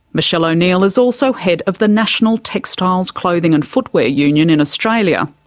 michele o'neil is also head of the national textiles clothing and footwear union in australia.